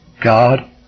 God